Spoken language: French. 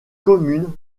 commune